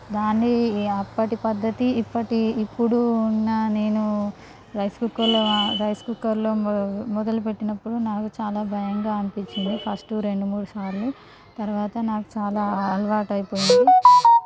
దాని అప్పటి పద్ధతి ఇప్పటి ఇప్పుడు ఉన్న నేను రైస్ కుక్కర్లో రైస్ కుక్కర్లో మొదలు పెట్టినప్పుడు నాకు చాలా భయంగా అనిపించింది ఫస్ట్ రెండు మూడు సార్లు తర్వాత నాకు చాలా అలవాటైపోయింది